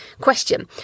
question